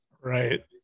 right